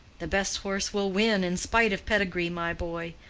the best horse will win in spite of pedigree, my boy.